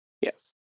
Yes